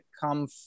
come